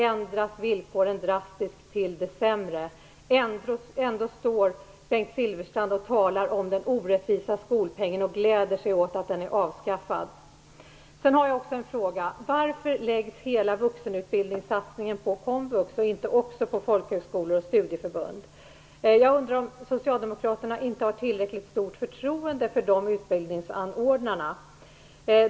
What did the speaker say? Ändå talar Bengt Silfverstrand om den orättvisa skolpengen och gläder sig åt att den är avskaffad. Varför läggs hela vuxenutbildningssatsningen på komvux, och inte också på folkhögskolor och studieförbund? Jag undrar om socialdemokraterna inte har tillräckligt stort förtroende för de utbildningsanordnarna.